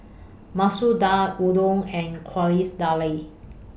Masoor Dal Udon and Quesadillas